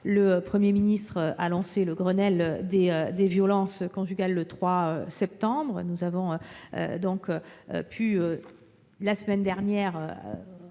Le Premier ministre a lancé le Grenelle des violences conjugales le 3 septembre. La semaine dernière